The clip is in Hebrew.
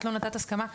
את לא נתת הסכמה.